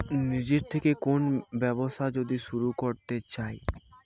নিজের থেকে কোন ব্যবসা যদি শুরু করতে চাই